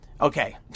Okay